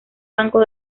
banco